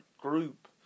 group